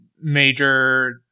major